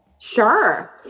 Sure